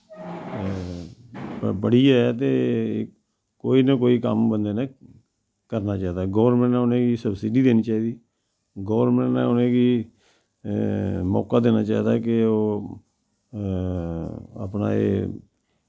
बड़ियै ते कोई ना कोई कम्म बंदे नै करना चाहिदा गौरमैंट ने उनेंगी सवसीडी देनी चाहिदी गौरमैंट ने उनेंगी मौका देना चाहिदा की ओह् अपना एह्